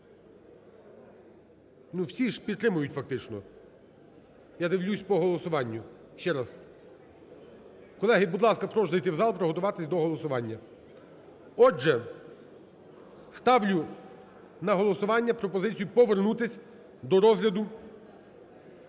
Ну, всі ж підтримують фактично. Я дивлюсь по голосуванню ще раз. Колеги, будь ласка, прошу зайти в зал. Приготуватися до голосування. Отже, ставлю на голосування пропозицію повернутися до розгляду